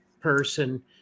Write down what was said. person